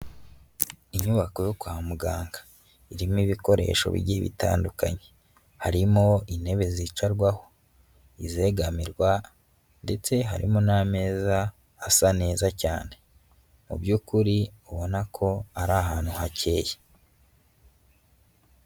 Inyubako yo kwa muganga irimo ibikoresho bigiye bitandukanye, harimo intebe zicarwaho, izegamirwa ndetse harimo n'ameza asa neza cyane. Mu by'ukuri ubona ko ari ahantu hakeye.